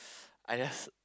I just